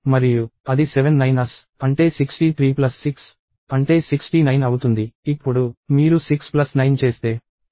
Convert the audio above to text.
మరియు అది ఏడు 9's అంటే 636 అంటే 69 అవుతుంది